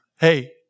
Hey